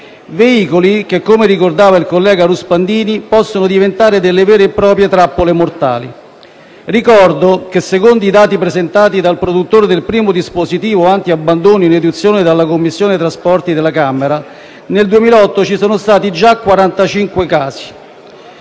veicoli che, come ricordava il collega Ruspandini, possono diventare delle vere e proprie trappole mortali. Ricordo che secondo i dati presentati dal produttore del primo dispositivo antiabbandono, in audizione in Commissione trasporti alla Camera, nel 2008 ci sono stati già 45 casi.